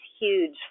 huge